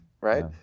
right